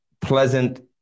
pleasant